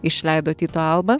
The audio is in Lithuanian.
išleido tyto alba